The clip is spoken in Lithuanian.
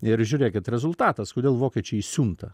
ir žiūrėkit rezultatas kodėl vokiečiai įsiunta